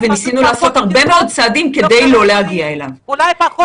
מה שניסינו להגיד וזה גם מה שאמרנו,